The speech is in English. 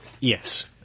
Yes